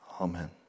Amen